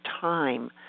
time